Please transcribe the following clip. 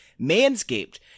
Manscaped